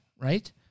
right